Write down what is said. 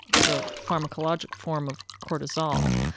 the pharmacological form of cortisol,